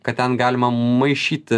kad ten galima maišyti